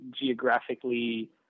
geographically